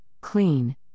clean